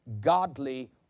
godly